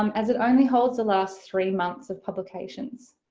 um as it only holds the last three months of publications.